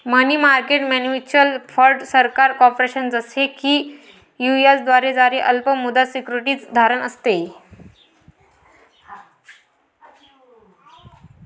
मनी market mutual fund सरकार, corporation, जसे की यू.एस द्वारे जारी अल्प मुदत सिक्युरिटीज धारण असते